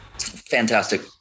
fantastic